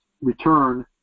return